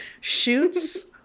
shoots